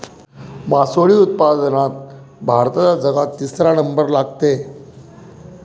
मासोळी उत्पादनात भारताचा जगात तिसरा नंबर लागते